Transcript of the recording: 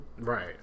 Right